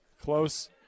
Close